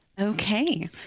Okay